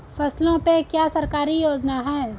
फसलों पे क्या सरकारी योजना है?